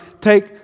take